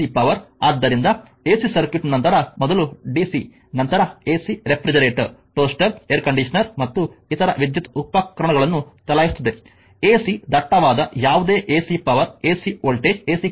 ಆದ್ದರಿಂದಎಸಿ circuit ನಂತರ ಮೊದಲು DC ನಂತರ AC refrigerator toaster air conditioner ಮತ್ತು ಇತರ ವಿದ್ಯುತ್ ಉಪಕರಣಗಳನ್ನು ಚಲಾಯಿಸುತ್ತದೆ ಎಸಿ ದಟ್ಟವಾದ ಯಾವುದೇ AC power AC voltage AC current